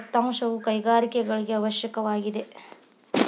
ದತ್ತಾಂಶವು ಕೈಗಾರಿಕೆಗಳಿಗೆ ಅವಶ್ಯಕವಾಗಿದೆ